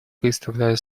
предоставляю